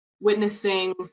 witnessing